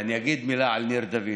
ואני אגיד מילה על ניר דוד.